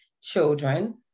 children